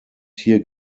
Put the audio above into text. tier